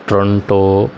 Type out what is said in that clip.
Toronto